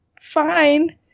fine